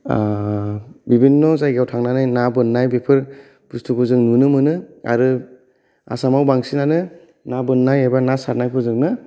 बिभिन्न' जायगायाव थांनानै ना बोननाय बेफोर बुस्थुखौ जों नुनो मोनो आरो आसामाव बांसिनानो ना बोननाय एबा ना सारनायखौ जोङो